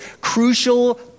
crucial